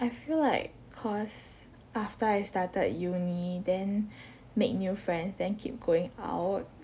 I feel like cause after I started uni then make new friends then keep going out